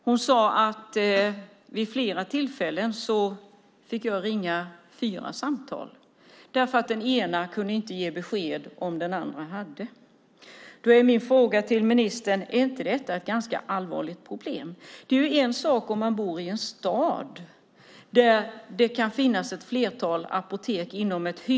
Hon sade att hon vid flera tillfällen varit tvungen att ringa fyra samtal eftersom det ena apoteket inte kunde ge besked om huruvida det andra hade läkemedlet. Min fråga till ministern är: Är inte det ett ganska allvarligt problem? Det är en sak om man bor i en stad där det kan finnas flera apotek någorlunda nära.